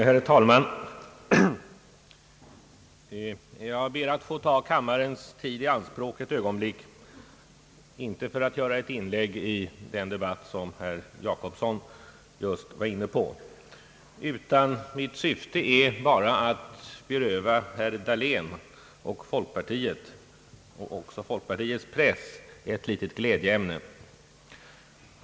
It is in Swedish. Herr talman! Jag ber att få ta kammarens tid i anspråk ett ögonblick, inte för att göra ett inlägg i den debatt som herr Gösta Jacobsson just var inne på, utan min avsikt är bara att beröva herr Dahlén, folkpartiet och folkpartiets press ett litet glädjeämne.